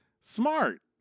Smart